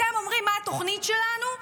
אתם אומרים: מה התוכנית שלנו?